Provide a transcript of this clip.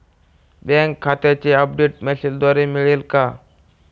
Bank खात्याचे update मेसेजद्वारे मिळेल का?